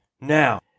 Now